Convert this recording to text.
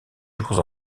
jours